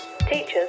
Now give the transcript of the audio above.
teachers